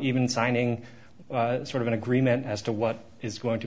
even signing sort of an agreement as to what is going to be